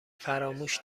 فراموش